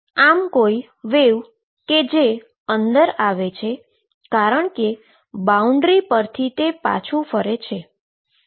આમ કોઈ વેવ કે જે અંદર આવે છે કારણ કે બાઉન્ડ્રી પરથી તે પાછું ફરે છે